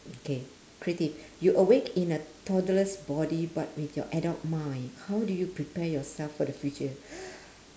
okay pretty you awake in a toddler's body but with your adult mind how do you prepare yourself for the future